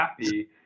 happy